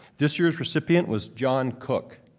this year's recipient was jon cook.